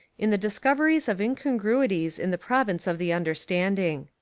in the dis coveries of incongruities in the province of the understanding.